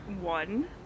one